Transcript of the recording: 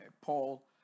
paul